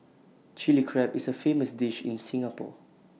Chilli Crab is A famous dish in Singapore